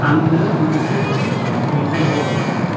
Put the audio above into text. आंनो मोनसे टुइट दैथायहर